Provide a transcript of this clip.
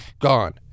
Gone